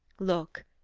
look!